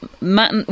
matt